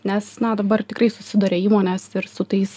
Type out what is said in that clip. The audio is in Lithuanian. nes na dabar tikrai susiduria įmonės ir su tais